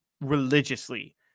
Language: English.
religiously